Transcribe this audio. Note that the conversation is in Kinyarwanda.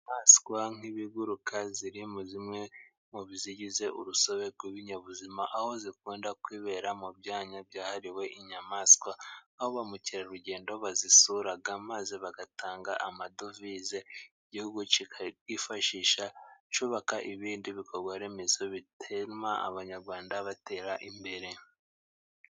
Inyamaswa nk'ibiguruka ziri muri zimwe mubigize urusobe rw'ibinyabuzima, aho zikunda kwibera mu byanya byahariwe inyamaswa, aho ba mukerarugendo bazisura maze bagatanga amadovize igihugu kifashisha cyubaka ibindi bikorwa remezo bituma abanyarwanda batera imbere.